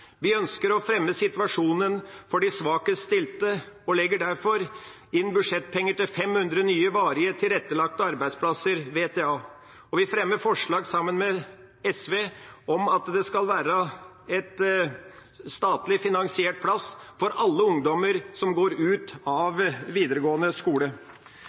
Vi ønsker å fremme situasjonen for de svakest stilte og legger derfor inn budsjettpenger til 500 nye varige tilrettelagte arbeidsplasser – VTA – og vi fremmer forslag sammen med SV om at det skal være en statlig finansiert plass for alle ungdommer som går ut av videregående skole.